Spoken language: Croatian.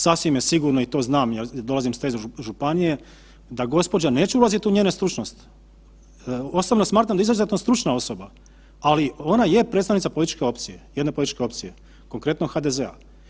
Sasvim je sigurno i to znam jer dolazim iz te županije, da gospođa, neću ulaziti u njene stručnosti, osobno smatram da je izuzetno stručna osoba, ali ona je predstavnica političke opcije, jedne policijske opcije, konkretno HDZ-a.